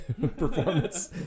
performance